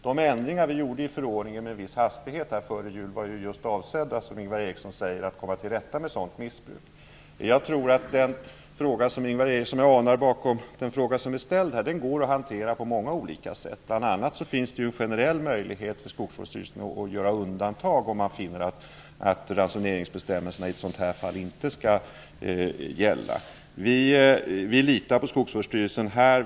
De ändringar som vi med en viss hastighet gjorde före jul i förordningen var, som Ingvar Eriksson säger, avsedda att komma till rätta med ett missbruk. Jag tror att den fråga som jag anar bakom den nu ställda kan hanteras på många olika sätt. Bl.a. finns det en generell möjlighet för Skogsvårdsstyrelsen att göra undantag, om den finner att ransoneringsbestämmelserna i ett sådant här fall inte skall gälla. Vi litar i detta avseende på Skogsdstyrelsen.